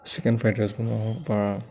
chicken fried rice বনোৱা বা